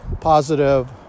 positive